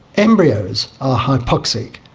embryos are hypoxic,